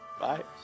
Bye